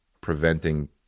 preventing